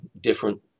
different